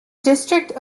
district